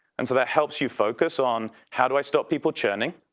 and so that helps you focus on how do i stop people churning?